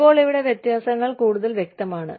ഇപ്പോൾ ഇവിടെ വ്യത്യാസങ്ങൾ കൂടുതൽ വ്യക്തമാണ്